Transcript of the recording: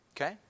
Okay